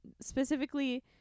Specifically